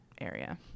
area